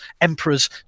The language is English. emperors